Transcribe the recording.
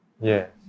Yes